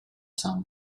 some